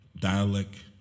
dialect